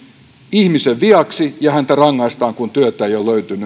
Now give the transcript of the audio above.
ihmisen viaksi ja häntä rangaistaan kun työtä ei ole löytynyt